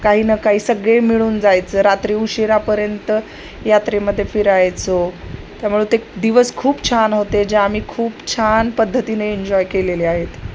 काही ना काही सगळे मिळून जायचं रात्री उशिरापर्यंत यात्रेमध्ये फिरायचो त्यामुळे ते दिवस खूप छान होते ज्या आम्ही खूप छान पद्धतीने एन्जॉय केलेले आहेत